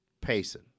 Payson